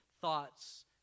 thoughts